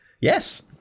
Yes